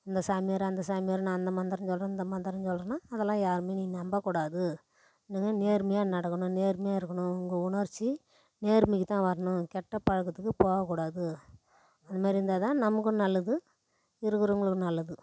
இந்த சாமியார் அந்த சாமியார் நான் அந்த மந்திரம் சொல்கிறேன் இந்த மந்திரம் சொல்கிறேன்னா அதெல்லாம் யாருமே நீ நம்பகூடாது இது வந்து நேர்மையாக நடக்கணும் நேர்மையாக இருக்கணும் உங்கள் உணர்ச்சி நேர்மைக்கு தான் வரணும் கெட்ட பழக்கத்துக்கு போகக்கூடாது அது மாதிரி இருந்தால் தான் நமக்கும் நல்லது இருக்கிறவங்களுக்கும் நல்லது